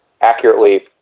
accurately